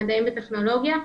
במדעים וטכנולוגיה,